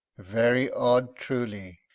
very odd truly.